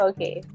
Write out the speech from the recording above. Okay